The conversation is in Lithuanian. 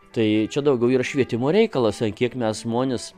tai čia daugiau yra švietimo reikalas ant kiek mes žmones